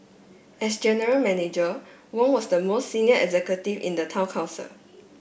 as general Manager Wong was the most senior executive in the town council